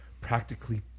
practically